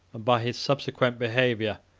by his subsequent behavior,